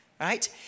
Right